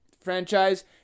franchise